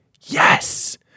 yes